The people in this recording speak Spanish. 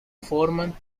forman